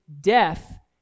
death